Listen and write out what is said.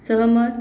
सहमत